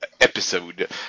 episode